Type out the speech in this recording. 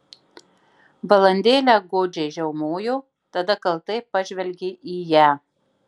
valandėlę godžiai žiaumojo tada kaltai pažvelgė į ją